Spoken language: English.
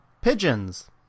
Pigeons